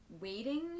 waiting